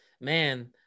man